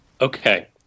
Okay